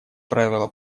правила